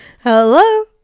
Hello